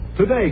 Today